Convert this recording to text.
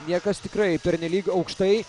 niekas tikrai pernelyg aukštai